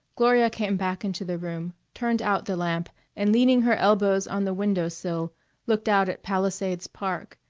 gloria came back into the room, turned out the lamp, and leaning her elbows on the window sill looked out at palisades park,